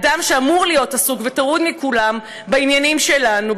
האדם שאמור להיות עסוק וטרוד מכולם בעניינים שלנו,